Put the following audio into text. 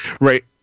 right